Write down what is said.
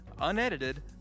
unedited